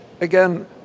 again